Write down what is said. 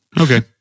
Okay